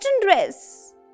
Dress